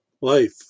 life